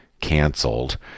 canceled